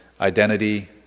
identity